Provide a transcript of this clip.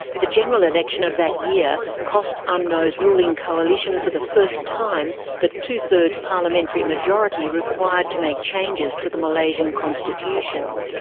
the general election of that year cost um umnos's ruling coalition for the first time the two-thirds parliamentary majority required to make changes to the malaysian constitution.